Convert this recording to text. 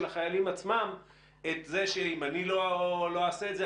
החיילים עצמם את זה שאם אני לא אעשה את זה,